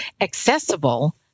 accessible